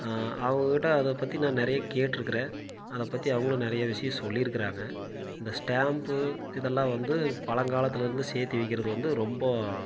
அவங்கக்கிட்ட அதை பற்றி நான் நிறையா கேட்டுருக்கிறேன் அதை பற்றி அவங்களும் நிறைய விஷயம் சொல்லியிருக்குறாங்க இந்த ஸ்டாம்ப்பு இதெல்லாம் வந்து பழங்காலத்திலருந்து சேர்த்து வைக்கிறது வந்து ரொம்ப